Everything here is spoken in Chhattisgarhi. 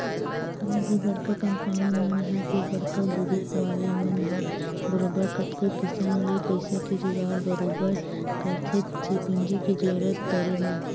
कोनो भी बड़का कंपनी मन ह ते बड़का गुरूप वाले मन ह बरोबर कतको किसम ले पइसा के जुगाड़ बरोबर करथेच्चे पूंजी के जरुरत पड़े म